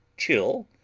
chill,